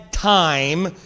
time